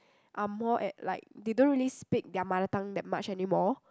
are more at like they don't really speak their mother-tongue that much anymore